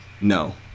No